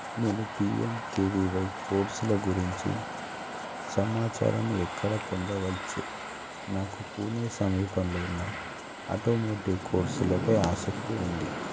నేను P M K V Y కోర్సుల గురించి సమాచారాన్ని ఎక్కడ పొందవచ్చు నాకు పూణే సమీపంలో ఉన్న ఆటోమోటివ్ కోర్సులపై ఆసక్తి ఉంది